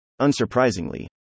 Unsurprisingly